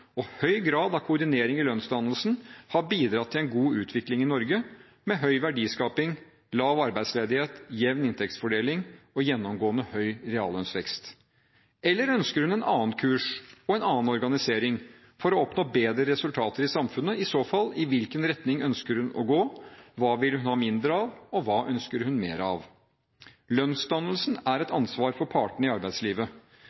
og høy grad av koordinering av lønnsdannelsen har bidratt til en god utvikling i Norge med høy verdiskaping, lav arbeidsledighet, jevn inntektsfordeling og gjennomgående høy reallønnsvekst? Eller ønsker hun en annen kurs og en annen organisering for å oppnå bedre resultater i samfunnet? – I så fall, i hvilken retning ønsker hun å gå? Hva vil hun ha mindre av, og hva ønsker hun mer av? Lønnsdannelsen er et